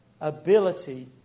ability